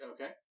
Okay